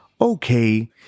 okay